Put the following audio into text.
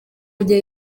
byari